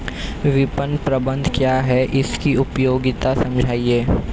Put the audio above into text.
विपणन प्रबंधन क्या है इसकी उपयोगिता समझाइए?